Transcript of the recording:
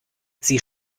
sie